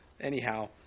anyhow